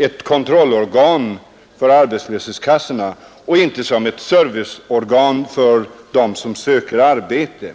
ett kontrollorgan för arbetslöshetskassorna och inte som ett serviceorgan för den som önskar arbete.